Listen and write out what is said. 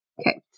Okay